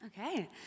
Okay